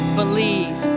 believe